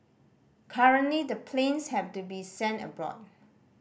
currently the planes have to be sent abroad